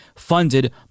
funded